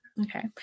Okay